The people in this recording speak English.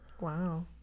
Wow